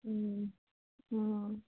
অঁ